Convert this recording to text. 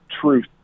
truth